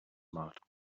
marked